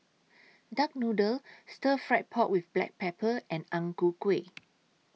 Duck Noodle Stir Fry Pork with Black Pepper and Ang Ku Kueh